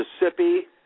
Mississippi